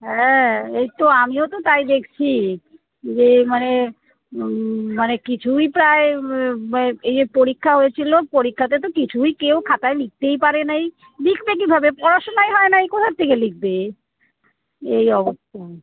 হ্যাঁ এই তো আমিও তো তাই দেখছি যে মানে মানে কিছুই প্রায় এই যে পরীক্ষা হয়েছিলো পরীক্ষাতে তো কিছুই কেউ খাতায় লিখতেই পারে নাই লিখবে কীভাবে পড়াশোনাই হয় নাই কোথার থেকে লিখবে এই অবস্থা